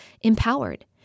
empowered